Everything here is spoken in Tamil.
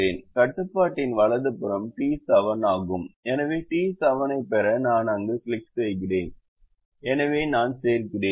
கட்டுப்பாட்டின் வலது புறம் டி 7 ஆகும் எனவே டி 7 ஐப் பெற நான் அங்கு கிளிக் செய்கிறேன் எனவே நான் சேர்க்கிறேன்